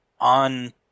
on